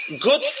good